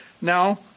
Now